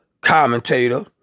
commentator